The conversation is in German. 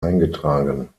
eingetragen